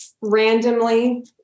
Randomly